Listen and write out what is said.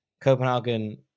Copenhagen